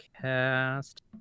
cast